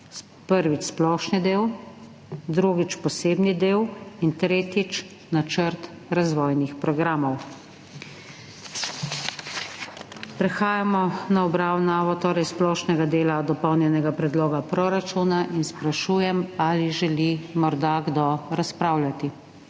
prvič splošni del, drugič posebni del in tretjič načrt razvojnih programov. Prehajamo na obravnavo splošnega dela dopolnjenega predloga proračuna in sprašujem, ali želi morda kdo razpravljati.